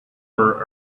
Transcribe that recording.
were